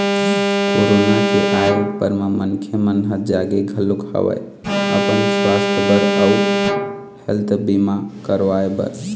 corona के आय ऊपर म मनखे मन ह जागे घलोक हवय अपन सुवास्थ बर अउ हेल्थ बीमा करवाय बर